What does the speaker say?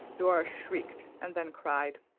dora shrieked and then cried.